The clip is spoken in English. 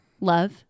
Love